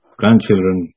grandchildren